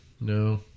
No